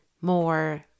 more